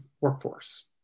workforce